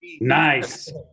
Nice